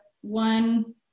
one